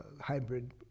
hybrid